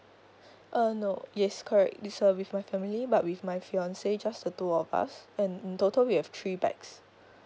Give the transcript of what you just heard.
err no yes correct isn't with my family but with my fiance just the two of us and in total we have three bags